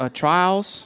trials